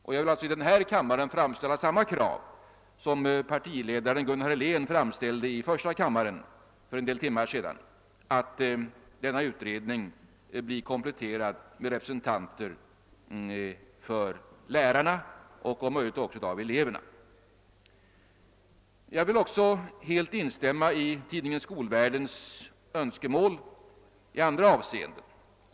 Jag vill alltså i denna kammare framställa samma krav som partiledaren Gunnar Helén framställde i första kammaren för en del timmar sedan, nämligen att denna utredning blir kompletterad med representanter för lärarna och om möjligt också med representanter för eleverna. Jag vill också helt instämma i tidningen Skolvärldens önskemål i andra avseenden.